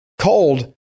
cold